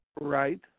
Right